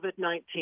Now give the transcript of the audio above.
COVID-19